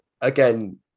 again